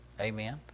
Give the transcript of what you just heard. Amen